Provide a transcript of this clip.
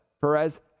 Perez